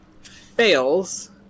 fails